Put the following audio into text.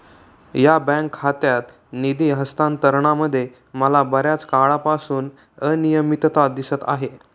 या बँक खात्यात निधी हस्तांतरणामध्ये मला बर्याच काळापासून अनियमितता दिसत आहे